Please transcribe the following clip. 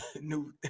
new